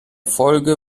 folge